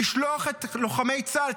לשלוח לקרב את לוחמי צה"ל,